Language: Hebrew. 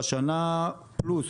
בשנה פלוס,